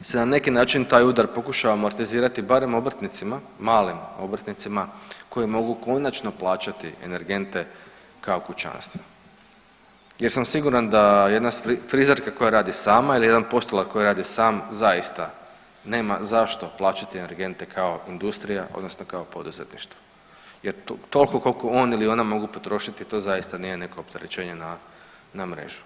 se na neki način taj udar pokušava amortizirati barem obrtnicima, malim obrtnicima koji mogu konačno plaćati energente kao kućanstva jer sam siguran da jedna frizerka koja radi sama ili jedan postolar koji radi sam zaista nema zašto plaćati energente kao industrija odnosno kao poduzetništvo jer toliko koliko on ili ona mogu potrošiti, to zaista nije neko opterećenje na mrežu.